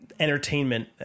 entertainment